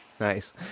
Nice